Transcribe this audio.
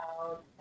out